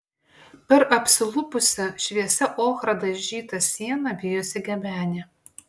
per apsilupusią šviesia ochra dažytą sieną vijosi gebenė